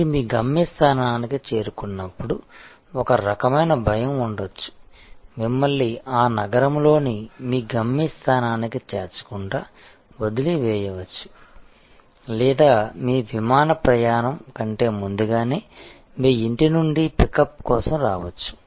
మీరు మీ గమ్యస్థానానికి చేరుకున్నప్పుడు ఒక రకమైన భయం ఉండవచ్చు మిమ్మల్ని ఆ నగరంలోని మీ గమ్యస్థానానికి చేర్చకుండా వదిలి వేయవచ్చు లేదా మీ విమాన ప్రయాణం కంటే ముందుగానే మీ ఇంటి నుండి పికప్ కోసం రావచ్చు